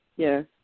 Yes